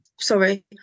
Sorry